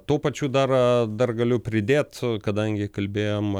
tuo pačiu dar dar galiu pridėt kadangi kalbėjom